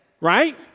right